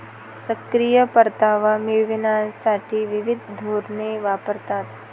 सक्रिय परतावा मिळविण्यासाठी विविध धोरणे वापरतात